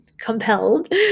compelled